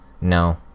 No